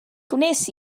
gwnes